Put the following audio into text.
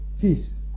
peace